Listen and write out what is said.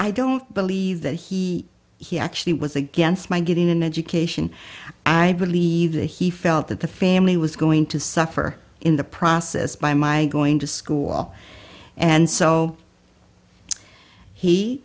i don't believe that he he actually was against my getting an education i believe that he felt that the family was going to suffer in the process by my going to school and so he